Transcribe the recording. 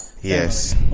Yes